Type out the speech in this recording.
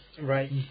Right